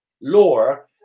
Lore